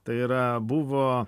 tai yra buvo